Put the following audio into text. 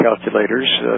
calculators